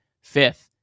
fifth